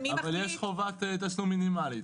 אבל יש חובת תשלום מינימלית.